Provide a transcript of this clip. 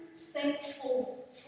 thankful